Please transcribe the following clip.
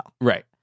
Right